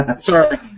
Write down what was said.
Sorry